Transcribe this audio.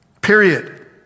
period